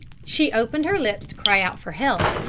she opened her lips to cry out for help,